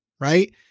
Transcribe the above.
right